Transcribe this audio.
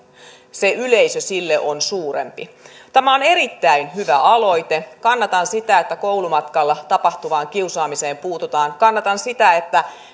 se yleisö sille on suurempi tämä on erittäin hyvä aloite kannatan sitä että koulumatkalla tapahtuvaan kiusaamiseen puututaan kannatan sitä että